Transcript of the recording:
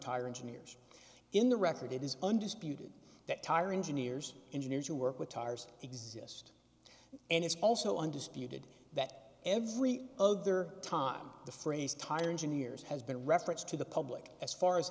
tire engineers in the record it is undisputed that tire engineers engineers who work with tires exist and it's also undisputed that every other time the phrase tire engineers has been referenced to the public as far as